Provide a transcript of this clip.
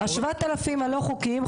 ה- 7,000 הלא חוקיים,